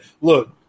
Look